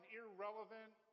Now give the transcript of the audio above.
irrelevant